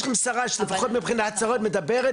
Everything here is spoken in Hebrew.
יש לכם שרה שלפחות מבחינת הצהרות היא מדברת